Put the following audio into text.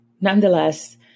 Nonetheless